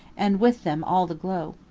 and with them all the glow.